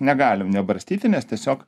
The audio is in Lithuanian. negalim nebarstyti nes tiesiog